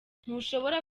ntushobora